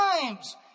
times